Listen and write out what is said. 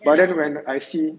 but then when I see